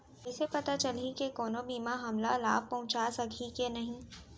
कइसे पता चलही के कोनो बीमा हमला लाभ पहूँचा सकही के नही